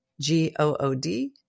g-o-o-d